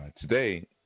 today